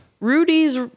Rudy's